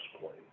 Point